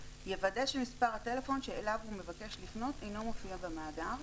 יוודא שמספר הטלפון שאליו הוא מבקש לפנות אינו מופיע במאגר.